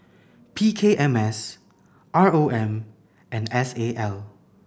P K M S R O M and S A L